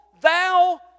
thou